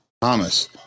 Thomas